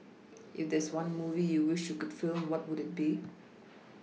if there is one movie you wished you can film what would it be